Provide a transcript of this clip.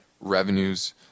Revenues